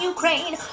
Ukraine